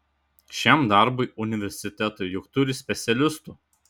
šiam darbui universitetai juk turi specialistų